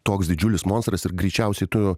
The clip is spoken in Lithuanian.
toks didžiulis monstras ir greičiausiai tu